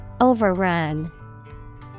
Overrun